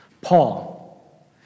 Paul